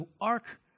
Ark